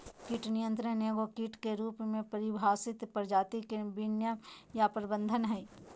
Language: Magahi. कीट नियंत्रण एगो कीट के रूप में परिभाषित प्रजाति के विनियमन या प्रबंधन हइ